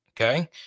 Okay